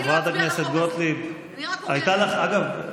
חברת הכנסת גוטליב, הייתה לך גם,